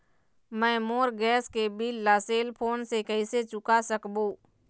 मैं मोर गैस के बिल ला सेल फोन से कइसे चुका सकबो?